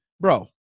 Bro